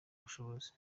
ubushobozi